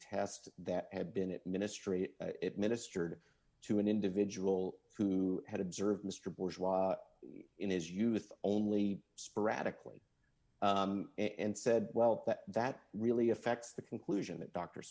test that had been it ministry ministered to an individual who had observed mr bush in his youth only sporadically and said well that that really affects the conclusion that dr